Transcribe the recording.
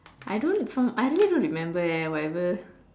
I don't from I don't even remember eh whatever